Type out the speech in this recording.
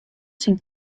syn